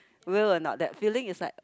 will or not that feeling is like